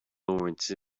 laurence